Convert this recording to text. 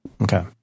Okay